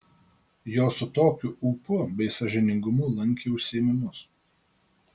jos su tokiu ūpu bei sąžiningumu lankė užsiėmimus